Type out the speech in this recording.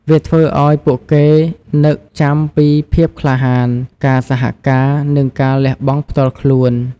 វាធ្វើឲ្យពួកគេនឹកចាំពីភាពក្លាហាន ការសហការ និងការលះបង់ផ្ទាល់ខ្លួន។